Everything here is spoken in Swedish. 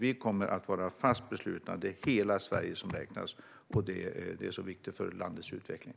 Vi är fast beslutna om att hela Sverige ska räknas, och det är viktigt för landets utveckling.